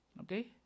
okay